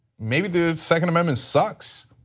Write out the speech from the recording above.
maybe the second amendment sucks.